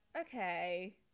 okay